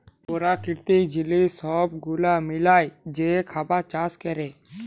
পেরাকিতিক জিলিস ছব গুলা মিলায় যে খাবার চাষ ক্যরে